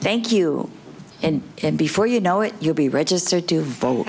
thank you and before you know it you'll be registered to vote